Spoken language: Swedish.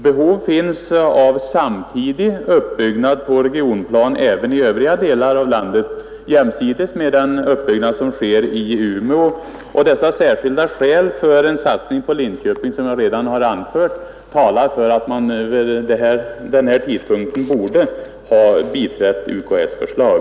Behov finns av en uppbyggnad på regionplanet — även i övriga delar av landet — jämsides med den uppbyggnad som sker i Umeå, och de särskilda skäl för en satsning på Linköping som jag redan tidigare anfört talar för att man vid det här laget borde ha biträtt UKÄ:s förslag.